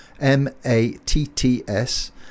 M-A-T-T-S